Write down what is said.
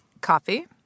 Coffee